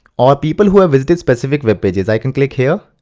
or people who have visited specific webpages, i can click here,